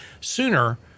sooner